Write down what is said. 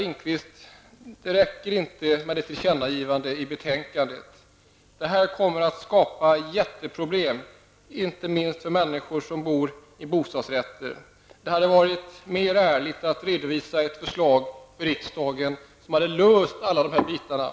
Lindkvist, det räcker inte med ett tillkännagivande i betänkandet. Det här kommer att skapa mycket stora problem, inte minst för de människor som bor i bostadsrätter. Det hade varit mera ärligt att redovisa ett förslag för riksdagen som hade inneburit en lösning i alla dessa avseenden.